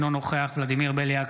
אינו נוכח ולדימיר בליאק,